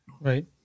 Right